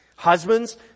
Husbands